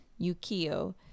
Yukio